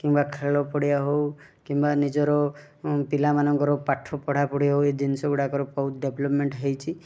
କିମ୍ବା ଖେଳ ପଡ଼ିଆ ହଉ କିମ୍ବା ନିଜର ପିଲାମାନଙ୍କର ପାଠ ପଢ଼ା ପଢ଼ି ହଉ ଏ ଜିନିଷଗୁଡ଼ାକର ବହୁତ ଡେଭଲପମେଣ୍ଟ୍ ହେଇଛି